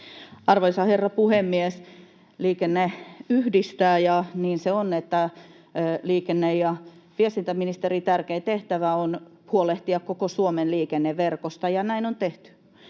Arvoisa herra puhemies! Liikenne yhdistää, ja niin se on, että liikenne- ja viestintäministerin tärkein tehtävä on huolehtia koko Suomen liikenneverkosta, ja näin on tehty.